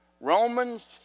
Romans